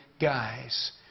guys